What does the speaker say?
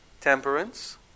Temperance